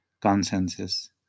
consensus